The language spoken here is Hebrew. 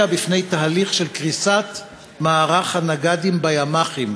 על תהליך של קריסת מערך הנגדים בימ"חים